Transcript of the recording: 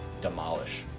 demolish